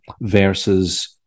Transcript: versus